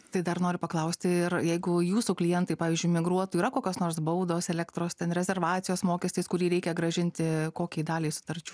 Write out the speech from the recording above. tai dar noriu paklausti ir jeigu jūsų klientai pavyzdžiui migruotų yra kokios nors baudos elektros ten rezervacijos mokestis kurį reikia grąžinti kokiai daliai sutarčių